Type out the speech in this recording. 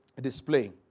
display